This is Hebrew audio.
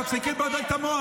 תפסיקי לבלבל את המוח,